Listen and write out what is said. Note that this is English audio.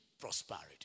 prosperity